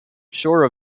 shore